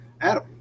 Adam